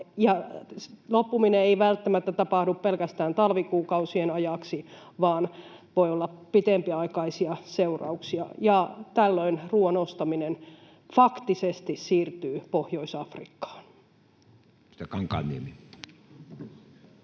loppuminen ei välttämättä tapahdu pelkästään talvikuukausien ajaksi, vaan voi olla pitempiaikaisia seurauksia, ja tällöin ruoan ostaminen faktisesti siirtyy Pohjois-Afrikkaan.